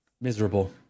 miserable